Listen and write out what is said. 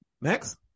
Next